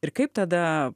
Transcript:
ir kaip tada